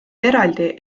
eraldi